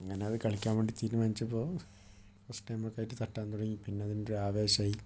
അങ്ങനെ അത് കളിക്കാൻ വേണ്ടി തീരുമാനിച്ചപ്പോൾ ഫസ്റ്റ് ടൈം ഒക്കെയായിട്ട് തട്ടാൻ തുടങ്ങി പിന്നെ അതെന്റെ ഒരു ആവേശമായി